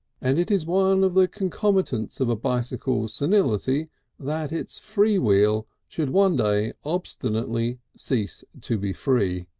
and it is one of the concomitants of a bicycle's senility that its free wheel should one day obstinately cease to be free.